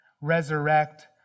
Resurrect